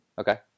Okay